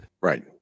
Right